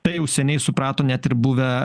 tai jau seniai suprato net ir buvę